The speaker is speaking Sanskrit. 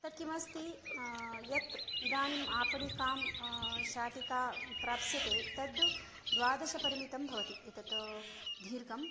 तत् किमस्ति यत् इदानीम् आपणे शाटिका प्राप्स्यते तद् द्वादशपरिमितं भवति एतत् दीर्घं